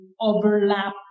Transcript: overlap